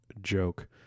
joke